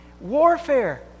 warfare